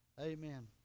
Amen